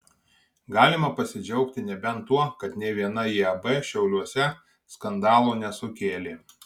galima pasidžiaugti nebent tuo kad nė viena iab šiauliuose skandalo nesukėlė